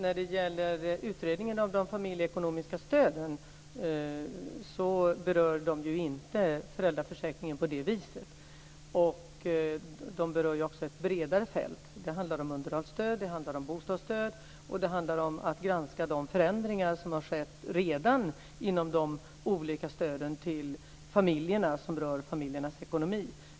Fru talman! Utredningen om de familjeekonomiska stöden berör inte föräldraförsäkringen på det viset. Den berör ett bredare fält: underhållsstöd och bostadsstöd samt granskning av de förändringar som redan har skett i de olika stöd som påverkar familjernas ekonomi.